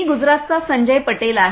मी गुजरातचा संजय पटेल आहे